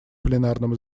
пленарном